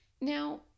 Now